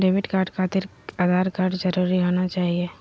Debit card खातिर Aadhaar card जरूरी होना चाहिए?